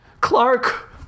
Clark